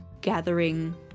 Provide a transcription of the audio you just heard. gathering